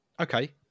Okay